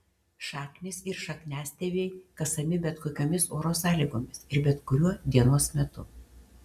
šaknys ir šakniastiebiai kasami bet kokiomis oro sąlygomis ir bet kuriuo dienos metu